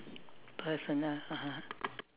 personal (uh huh)